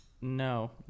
No